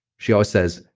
she always says,